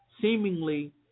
seemingly